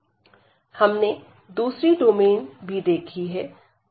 ∬DfxydAcdabfxydxdyabcdfxydydx हमने दूसरी डोमेन भी देखी है